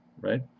right